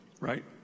right